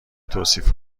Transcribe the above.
توصیف